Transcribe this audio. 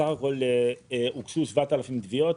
בסך הכול הוגשו 7,000 תביעות,